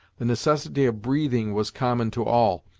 the necessity of breathing was common to all,